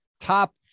top